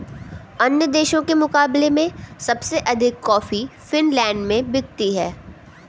अन्य देशों के मुकाबले में सबसे अधिक कॉफी फिनलैंड में बिकती है